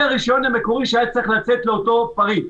הרישיון המקורי שהיה צריך לצאת לאותו פריט.